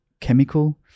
chemical